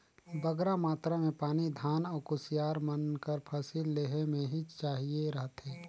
बगरा मातरा में पानी धान अउ कुसियार मन कर फसिल लेहे में ही चाहिए रहथे